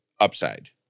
Upside